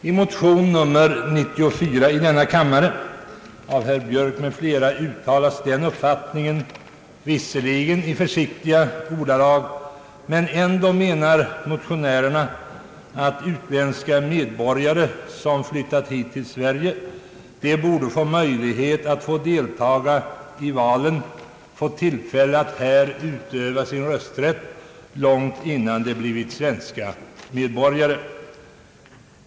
I motionen nr 94 i denna kammare av herr Björk m.fl. uttalas den uppfattningen — visserligen i försiktiga ordalag — att utländska medborgare som flyttat till Sverige borde få möjlighet att delta i valen och alltså tillfälle att här utöva sin rösträtt långt innan de blivit svenska medborgare.